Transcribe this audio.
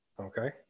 Okay